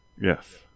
Yes